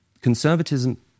conservatism